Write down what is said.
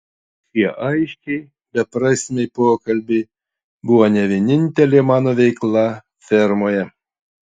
šie aiškiai beprasmiai pokalbiai buvo ne vienintelė mano veikla fermoje